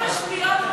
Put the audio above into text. משפיעות ביהדות.